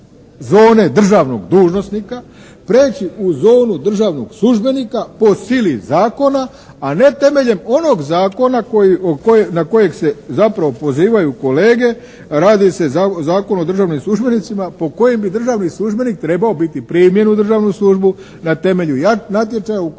zone državnog dužnosnika preći u zonu državnog službenika po sili zakona, a ne temeljem onog zakona na kojeg se zapravo pozivaju kolege, radi se o Zakonu o državnim službenicima po kojim bi državni službenik trebao biti primljen u državnu službu na temelju natječaja u kojem